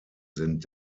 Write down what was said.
sind